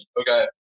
Okay